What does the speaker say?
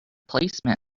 placement